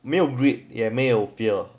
没有 greed 也没有 fear